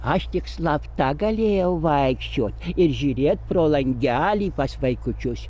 aš tik slapta galėjau vaikščiot ir žiūrėt pro langelį pas vaikučius